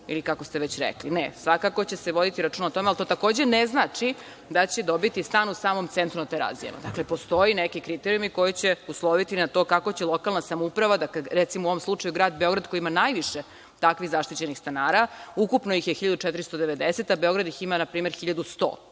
ili kako ste već rekli. Svakako će se voditi računa o tome, ali to takođe ne znači da će dobiti stan u samom centru na Terazijama. Dakle, postoje neki kriterijumi koji će usloviti to kako će lokalna samouprava, recimo u ovom slučaju Grad Beograd koji ima najviše takvih zaštićenih stanara, ukupno ih je 1.490, a Beograd ih ima npr. 1.100